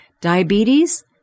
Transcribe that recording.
Diabetes